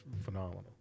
phenomenal